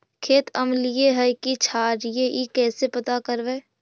खेत अमलिए है कि क्षारिए इ कैसे पता करबै?